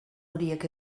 horiek